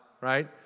right